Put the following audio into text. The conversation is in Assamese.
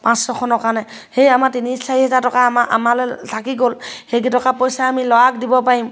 পাঁচ ছখনৰ কাৰণে সেই আমাৰ তিনি চাৰি হাজাৰ টকা আমা আমালৈ থাকি গ'ল সেইকেইটকা পইচা আমি ল'ৰাক দিব পাৰিম